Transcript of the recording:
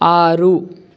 ಆರು